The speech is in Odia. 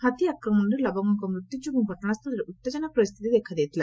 ହାତୀ ଆକ୍ରମଣରେ ଲବଙଙ୍ଙ ମୃତ୍ୟୁ ଯୋଗୁଁ ଘଟଣାସୁଳରେ ଉଉଜନା ପରିସ୍ଥିତି ଦେଖାଦେଇଥିଲା